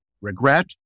regret